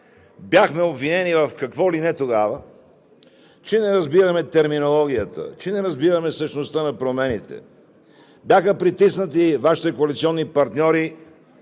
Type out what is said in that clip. Бяхме обвинени в какво ли не тогава – че не разбираме терминологията, че не разбираме същността на промените. Бяха притиснати Вашите коалиционни партньори